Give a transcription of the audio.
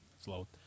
slow